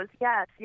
yes